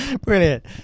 brilliant